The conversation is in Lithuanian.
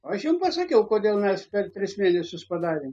aš jum pasakiau kodėl mes per tris mėnesius padarėm